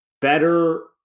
better